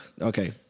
okay